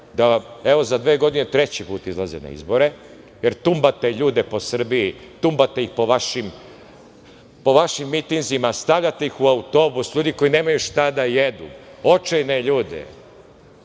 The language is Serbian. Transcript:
evo za dve godine treći put izlaze na izbore, jer tumbate ljude po Srbiji. Tumbate ih po vašim mitinzima, stavljate ih u autobus, ljudi koji nemaju šta da jedu, očajne ljude.